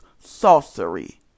sorcery